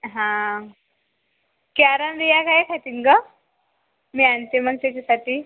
हां कॅरन रिया काय खातील गं मी आणते मग त्याच्यासाठी